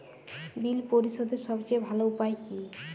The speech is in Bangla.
বিল পরিশোধের সবচেয়ে ভালো উপায় কী?